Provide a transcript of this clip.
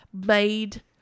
made